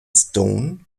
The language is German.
stone